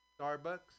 Starbucks